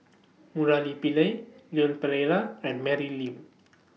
Murali Pillai Leon Perera and Mary Lim